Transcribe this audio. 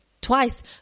twice